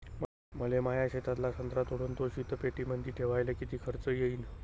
मले माया शेतातला संत्रा तोडून तो शीतपेटीमंदी ठेवायले किती खर्च येईन?